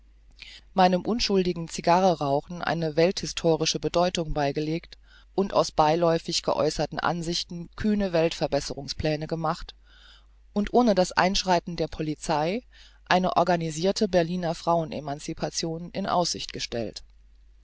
meinem unschuldigen cigarrenrauchen eine welthistorische bedeutung beigelegt aus beiläufig ausgesprochenen ansichten kühne weltverbesserungspläne gemacht und ohne das einschreiten der polizei eine organisirte berliner frauen emancipation in aussicht gestellt